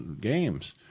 games